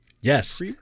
Yes